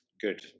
Good